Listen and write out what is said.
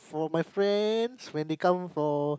for my friends when they come for